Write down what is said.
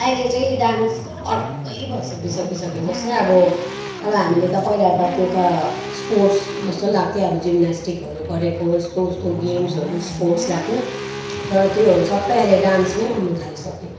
अहिले चाहिँ डान्स अर्कै भइसकेको छ जस्तै अब अब हामीले त पहिला त त्यो त स्पोर्ट्स जस्तो लाग्थ्यो अब जिमन्यास्टिकहरू गरेको यस्तो उस्तो गेम्सहरू स्पोर्ट्स लाग्थ्यो तर त्योहरू सबै अहिले डान्समै आउनु थालिसक्यो